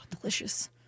Delicious